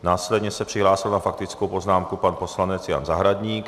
Následně se přihlásil na faktickou poznámku pan poslanec Jan Zahradník.